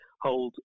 hold